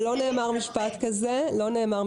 ולא נאמר משפט כזה.